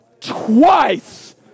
Twice